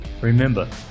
Remember